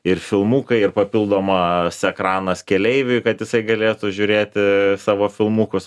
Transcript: ir filmukai ir papildomas ekranas keleiviui kad jisai galėtų žiūrėti savo filmukus